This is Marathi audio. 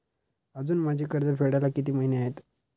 अजुन माझे कर्ज फेडायला किती महिने आहेत?